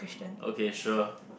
okay sure